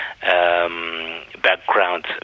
background